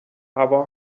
هوا